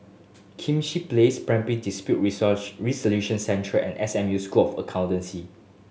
Place Primary Dispute Resolution Centre and S M U School of Accountancy